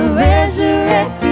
resurrected